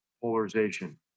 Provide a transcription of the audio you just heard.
polarization